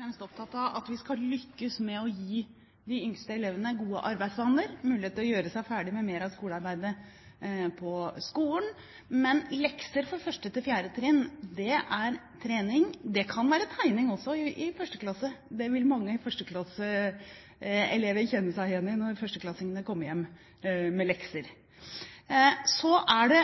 fremst opptatt av at vi skal lykkes med å gi de yngste elevene gode arbeidsvaner og mulighet til å gjøre seg ferdig med mer av skolearbeidet på skolen. Men lekser for 1.–4. trinn er trening. Det kan også være tegning i 1. klasse – det vil mange kjenne seg igjen i når 1.-klassingene kommer hjem med lekser. Så er det